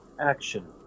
action